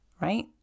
right